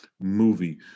movie